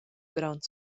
grond